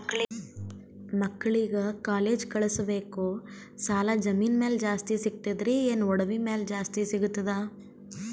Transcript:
ಮಕ್ಕಳಿಗ ಕಾಲೇಜ್ ಕಳಸಬೇಕು, ಸಾಲ ಜಮೀನ ಮ್ಯಾಲ ಜಾಸ್ತಿ ಸಿಗ್ತದ್ರಿ, ಏನ ಒಡವಿ ಮ್ಯಾಲ ಜಾಸ್ತಿ ಸಿಗತದ?